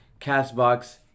CastBox